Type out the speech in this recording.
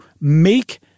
make